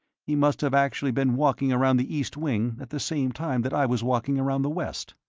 he must have actually been walking around the east wing at the same time that i was walking around the west.